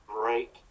break